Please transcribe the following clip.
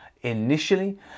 initially